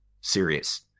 serious